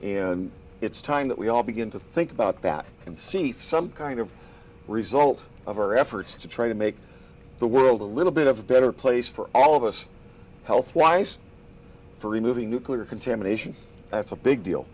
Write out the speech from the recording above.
and it's time that we all begin to think about that and see through some kind of result of our efforts to try to make the world a little bit of a better place for all of us health wise for removing nuclear contamination that's a big deal